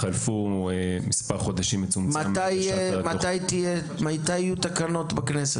אבל חלפו מספר חודשים מצומצמים מאז --- מתי יהיו תקנות בכנסת?